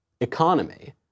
economy